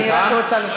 אני רק רוצה, סליחה?